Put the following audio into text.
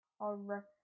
Horror